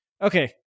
okay